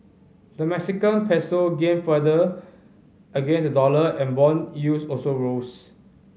the Mexican Peso gained further against the dollar and bond yields also rose